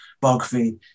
biography